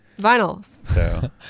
Vinyls